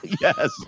Yes